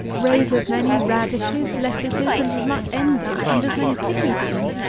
raise as many radishes, lettuces, and as much endive, and as many kidney-beans,